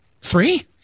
Three